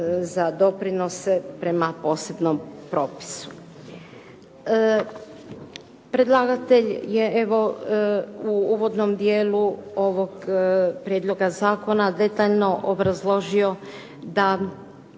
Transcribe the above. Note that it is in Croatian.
za doprinose prema posebnom propisu. Predlagatelj je evo u uvodnom dijelu ovog prijedloga zakona detaljno obrazložio da